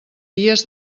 guies